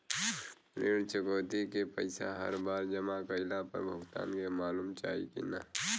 ऋण चुकौती के पैसा हर बार जमा कईला पर भुगतान के मालूम चाही की ना?